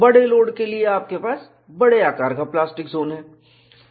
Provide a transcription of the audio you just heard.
बड़े लोड के लिए आपके पास बड़े आकार का प्लास्टिक जोन है